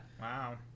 wow